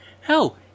hell